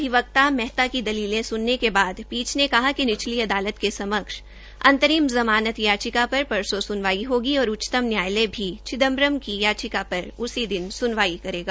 अधिवक्ता मेहता की दलीले सुनने के बाद पीठ ने कहा कि निचली अदालत के समक्ष अंतरिम ज़मानत याचिका पर परसो सुनवाई होगी और उच्चतम न्यायालय भी चिदम्बरम की याचिका पर उसी दिन सुनवाई करेगा